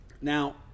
Now